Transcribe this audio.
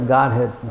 Godhead